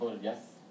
Yes